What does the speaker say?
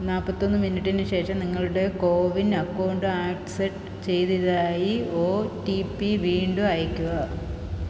നാൽപ്പത്തൊന്ന് മിനിറ്റിനു ശേഷം നിങ്ങളുടെ കോവിൻ അക്കൗണ്ട് ആക്സെപ്റ്റ് ചെയ്യുന്നതിനായി ഒ ടി പി വീണ്ടും അയക്കുക